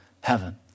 heaven